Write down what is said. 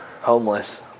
homeless